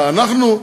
אנחנו,